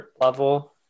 level